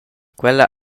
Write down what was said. quella